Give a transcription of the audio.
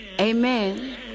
Amen